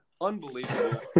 Unbelievable